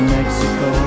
Mexico